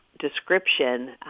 description